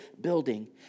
building